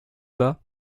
bas